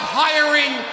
hiring